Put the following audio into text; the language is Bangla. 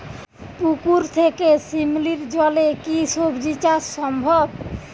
পুকুর থেকে শিমলির জলে কি সবজি চাষ সম্ভব?